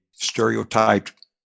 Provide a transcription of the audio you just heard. stereotyped